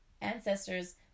ancestors